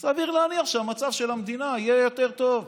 סביר להניח שהמצב של המדינה יהיה יותר טוב,